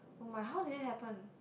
oh my how did it happen